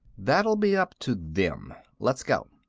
that'll be up to them. let's go.